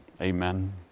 Amen